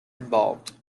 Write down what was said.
involved